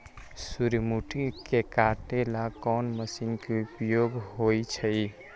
सूर्यमुखी के काटे ला कोंन मशीन के उपयोग होई छइ?